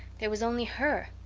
there was only her.